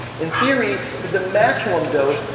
in theory, there's a maximum dose,